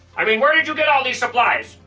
i mean, where did you get all these supplies?